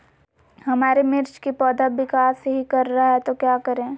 हमारे मिर्च कि पौधा विकास ही कर रहा है तो क्या करे?